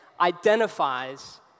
identifies